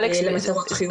למטרות חיוביות יותר.